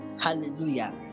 hallelujah